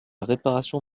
réparation